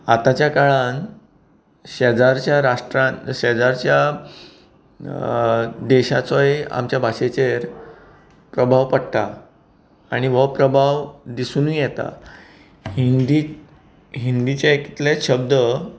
आतांच्या काळान शेजारच्या राष्ट्रान शेजारच्या देशाचोय आमच्या भाशेचेर प्रभाव पडटा आनी हो प्रभाव दिसुनूय येता हिंदी हिंदीचे कितलेंच शब्द